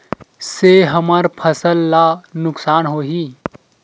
से हमर फसल ला नुकसान होही?